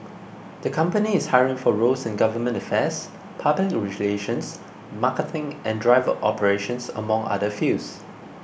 the company is hiring for roles in government affairs public relations marketing and driver operations among other fields